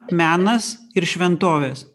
menas ir šventovės